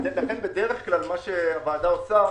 בדרך כלל מה שהוועדה עושה,